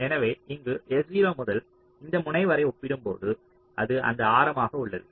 எனவே இங்கு S0 முதல் இந்த முனைவரை ஒப்பிடும்போது இது அந்த ஆரமாக உள்ளது